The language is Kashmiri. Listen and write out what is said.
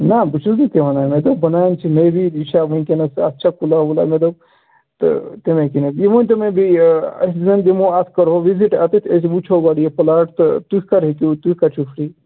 نہ بہٕ چھُس نہٕ تہِ وَنان مےٚ دوٚپ بنان چھِ مے بی یہِ چھےٚ وٕنۍکٮ۪نَس اَتھ چھےٚ کُلا وُلا مےٚ دوٚپ تہٕ تَمی کِنٮ۪تھ یہِ ؤنۍتو مےٚ بیٚیہِ أسۍ زَن دِمو اَتھ کرہو وِزِٹ اَتٮ۪تھ أسۍ وٕچھہو گۄڈٕ یہِ پٕلاٹ تہٕ تُہۍ کَر ہیٚکِو تُہۍ کَر چھُو فِرٛی